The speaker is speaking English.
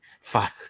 fuck